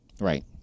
Right